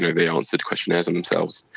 they answered questionnaires on themselves.